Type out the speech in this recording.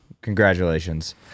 Congratulations